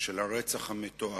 של הרצח המתועב,